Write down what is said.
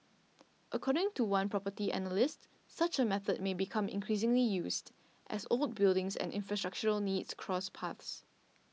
according to one property analyst such a method may become increasingly used as old buildings and infrastructural needs cross paths